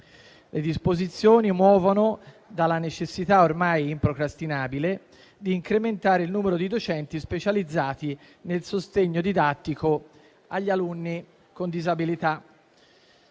disposizioni muovono dalla necessità, ormai improcrastinabile, di incrementare il numero di docenti specializzati nel sostegno didattico agli alunni con disabilità.